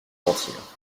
mentir